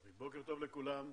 בוקר טוב לכולם.